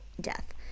Death